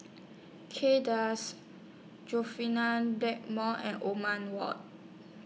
Kay Das Blackmore and Othman Wok